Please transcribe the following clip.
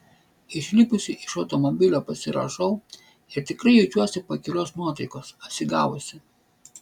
išlipusi iš automobilio pasirąžau ir tikrai jaučiuosi pakilios nuotaikos atsigavusi